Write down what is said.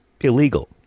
Illegal